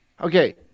okay